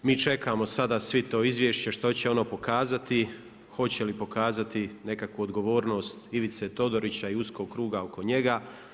Mi čekamo sada svi to izvješće što će ono pokazati, hoće li pokazati nekakvu odgovornost Ivice Todorića i uskog kruga oko njega.